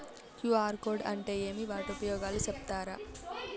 QR code అంటే ఏమి వాటి ఉపయోగాలు సెప్తారా?